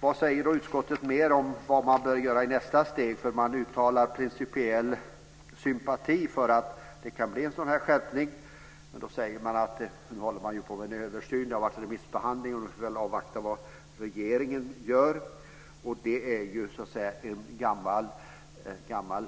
Vad säger då utskottet om vad som bör göras i nästa steg? Det uttalar principiell sympati för en skärpning, men man hänvisar till att det pågår en remissbehandling av en genomförd översyn och att vi ska avvakta vad regeringen gör. Det är - låt mig säga så - en gammal